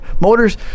motors